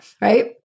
right